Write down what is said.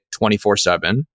24-7